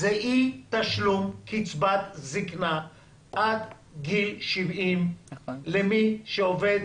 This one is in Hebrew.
זה אי תשלום קצבת זקנה עד גיל 70 למי שעובד